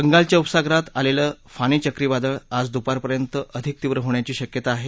बंगालच्या उपसागरात आलेलं फानी चक्रीवादळ आज दुपारपर्यंत अधिक तीव्र होण्याची शक्यता आहे